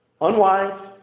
unwise